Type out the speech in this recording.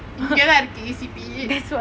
இங்கே தான் இருக்கு:inge than irukku E_C_P